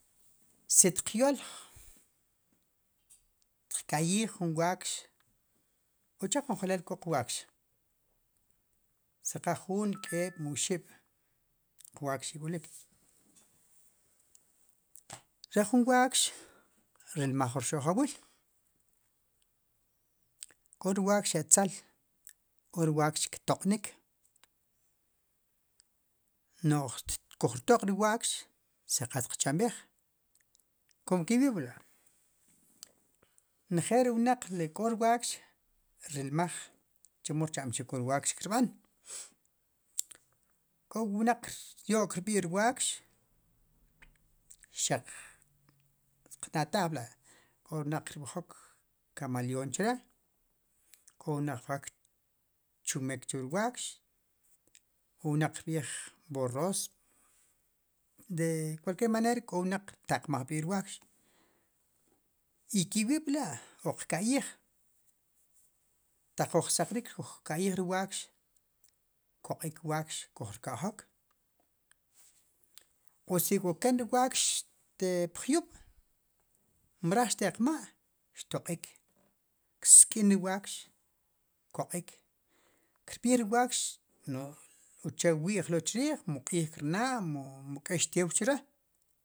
Si tqyo'l tqka'yij juun wakx uche' konjelel k'o qwakx si qa jun, k'eeb mu oxib' qwakx ik'olik ri jun wakx rilmaj wu rxo'jwiil k'o ri wakx etzel k'o ri wakx ktoq'nik nu'j xkujtoq' ri wakx si qa xtqchamb'eej kum kiwilb'la' nejel ri wnaq ri k'o rwakx rilmaj chemo rchamxik wu rwakx kirb'an k'o wnaq kiryo'k rb'i' rwakx xaq ttata'j b'la k'o wnaq kirb'ijoj kamaleón chre' k'o wnaq qa kchumek chu rwakx k'o wnaq kirb'ij borros de cualqueir manera k'o wnaq rtaqmaj rb'i' rwakx i kiwib'la' wu qka'yij taq kuj saqrik kuj rka'yij ri wakx koq'ik wakx kojrka'jok o si k'oken ri wakx te pjyub' mrej xteq ma' xtoq'ik ksk'in ri wakx koq'ik kirb'ij ri wakx nu'j uche' wi'jlo lo chrrij mu q'iij kirna' mu k'ex tew chre'